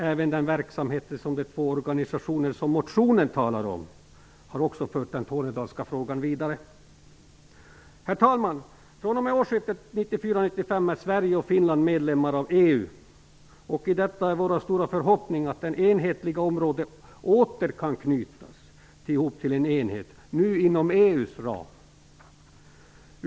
Även den verksamhet som bedrivs i de två organisationer som det talas om i motionen har fört den tornedalska frågan vidare. Herr talman! fr.o.m. årsskiftet 1994/95 är Sverige och Finland medlemmar av EU, och i och med detta är vår stora förhoppning att det enhetliga området åter kan knytas ihop till en enhet - nu inom EU:s ram.